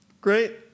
Great